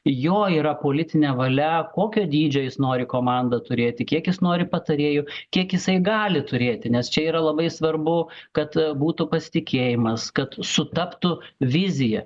jo yra politinė valia kokio dydžio jis nori komandą turėti kiek jis nori patarėjų kiek jisai gali turėti nes čia yra labai svarbu kad būtų pasitikėjimas kad sutaptų vizija